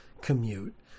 commute